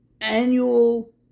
annual